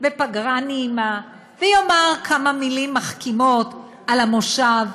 בפגרה נעימה, ויאמר כמה מילים מחכימות על המושב.